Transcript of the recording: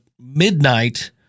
midnight